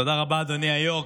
תודה רבה, אדוני היו"ר.